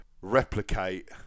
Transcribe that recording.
replicate